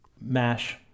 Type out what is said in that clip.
MASH